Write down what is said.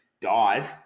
died